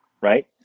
right